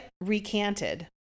recanted